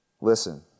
Listen